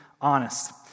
honest